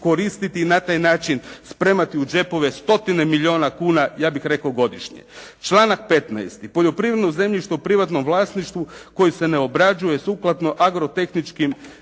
koristiti i na taj način spremati u džepove stotine milijuna kuna ja bih rekao godišnje. Članak 15.: «Poljoprivredno zemljište u privatnom vlasništvu koje se ne obrađuje sukladno agrotehničkim